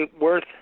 worth